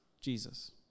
Jesus